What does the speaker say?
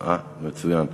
אם כן,